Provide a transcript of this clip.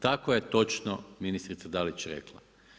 Tako je točno ministrica Dalić rekla.